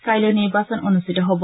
কাইলৈ নিৰ্বাচন অনুষ্ঠিত হ'ব